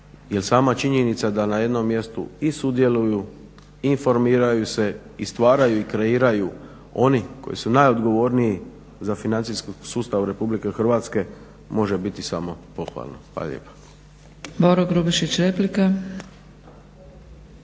sama činjenica da na jednom mjestu i sudjeluju i informiraju se i stvaraju i kreiraju oni koji su najodgovorniji za financijski sustav RH može biti samo pohvalno. Hvala lijepa.